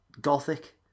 Gothic